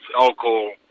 alcohol